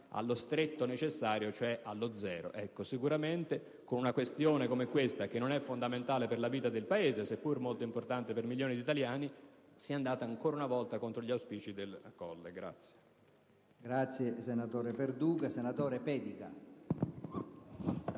allo stretto necessario, cioè allo zero. Sicuramente, per una questione come questa, che non è fondamentale per la vita del Paese, seppur molto importante per milioni di italiani, si è andati ancora una volta contro gli auspici del Colle.